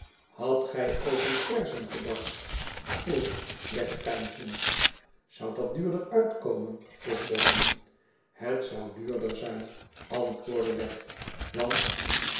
hadt gij over verzen gedacht vroeg wegg peinzend zou dat duurder uitkomen vroeg boffin het zou duurder zijn antwoordde wegg want